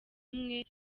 umwe